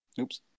Oops